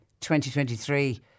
2023